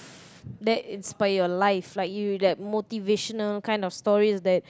that is about your life like you like motivational kind of stories that